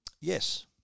Yes